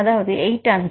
அதாவது 8A